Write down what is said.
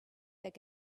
their